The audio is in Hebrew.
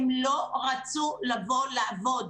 הם לא רצו לבוא לעבוד.